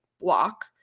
block